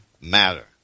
matter